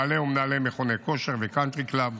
בעלי ומנהלי מכוני כושר וקאנטרי קלאב,